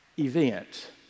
Event